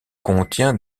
contient